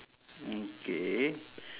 mm K